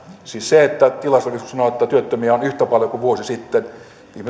siis onhan se että tilastokeskus näyttää että työttömiä on yhtä paljon kuin vuosi sitten